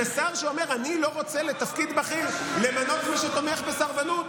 ושר שאומר: אני לא רוצה לתפקיד בכיר למנות מי שתומך בסרבנות,